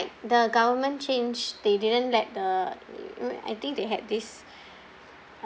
the government changed they didn't let the I think they had this